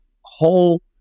whole